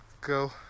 go